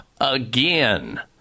again